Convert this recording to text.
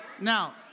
now